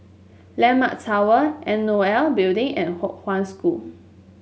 landmark Tower N O L Building and Kong Hwa School